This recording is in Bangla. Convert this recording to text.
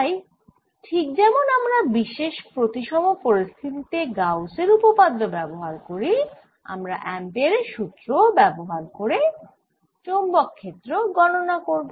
তাই ঠিক যেমন আমরা বিশেষ প্রতিসম পরিস্থিতি তে গাউসের উপপাদ্য ব্যবহার করি আমরা অ্যাম্পেয়ারের সুত্র ও ব্যবহার করব চৌম্বক ক্ষেত্র গণনা করতে